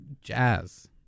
jazz